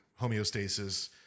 homeostasis